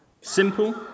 Simple